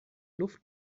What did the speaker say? luft